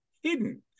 hidden